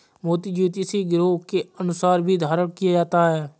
मोती ज्योतिषीय ग्रहों के अनुसार भी धारण किया जाता है